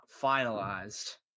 finalized